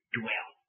dwell